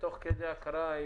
תוך כדי הקראה,